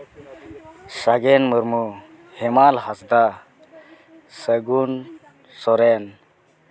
Sagen Murmu Hemal Hansda Sagun Soren